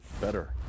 better